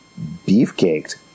beefcaked